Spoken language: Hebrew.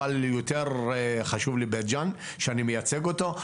אבל יותר חשוב לי בית ג'אן שאני מייצג אותו.